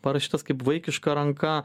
parašytas kaip vaikiška ranka